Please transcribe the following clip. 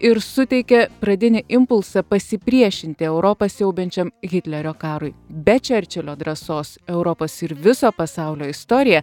ir suteikė pradinį impulsą pasipriešinti europą siaubiančiam hitlerio karui be čerčilio drąsos europos ir viso pasaulio istorija